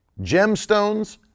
Gemstones